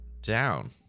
down